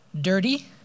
Dirty